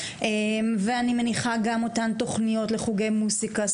ואני מניחה גם אותן תוכניות לחוגי מוסיקה,